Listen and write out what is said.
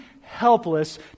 helpless